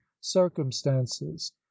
circumstances